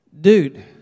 Dude